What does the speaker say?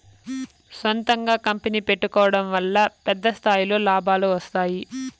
సొంతంగా కంపెనీ పెట్టుకోడం వల్ల పెద్ద స్థాయిలో లాభాలు వస్తాయి